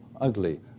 ugly